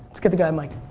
let's give the guy a mic.